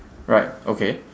right okay